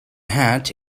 hat